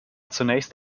zunächst